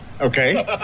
Okay